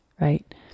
right